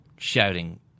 Shouting